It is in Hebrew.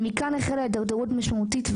מכאן החלה ההתדרדרות המשמעותית,